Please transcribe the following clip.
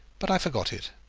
but i forgot it.